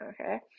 okay